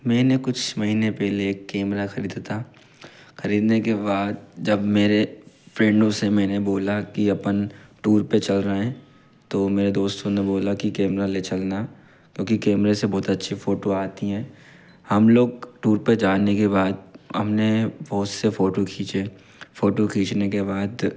मेंने कुछ महीने पहले एक केमरा खरीदा ता खरीदने के वाद जब मेरे फ्रेंडों से मैंने बोला कि अपन टूर पे चल रहे हैं तो मेरे दोस्तों ने बोला कि केमरा ले चलना क्योंकि कैमरे से बहुत अच्छी फोटो आती हैं हम लोग टूर पे जाने के बाद हमने बहुत से फोटू खींचे फोटू खींचने के बाद